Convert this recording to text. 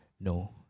No